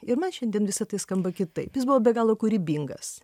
ir man šiandien visa tai skamba kitaip jis buvo be galo kūrybingas